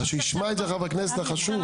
אז שישמע את זה חבר הכנסת זה חשוב,